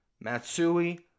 Matsui